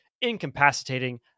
incapacitating